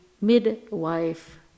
midwife